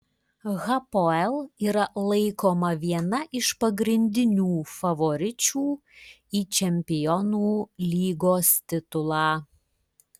hapoel yra laikoma viena iš pagrindinių favoričių į čempionų lygos titulą